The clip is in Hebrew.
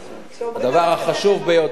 הדבר החשוב ביותר,